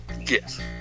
Yes